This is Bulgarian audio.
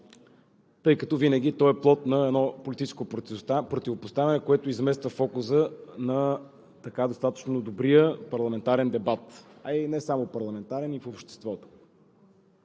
тъй като винаги той е плод на едно политическо противопоставяне, което измества фокуса на достатъчно добрия парламентарен дебат, а и не само парламентарен, и в обществото.